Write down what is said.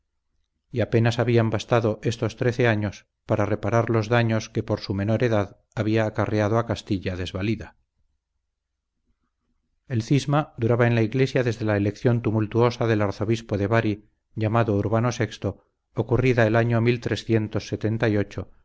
y apenas habían bastado estos trece años para reparar los daños que por su menor edad había acarreado a castilla desvalida el cisma duraba en la iglesia desde la elección tumultuosa del arzobispo de bari llamado urbano vi ocurrida el año de